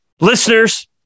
Listeners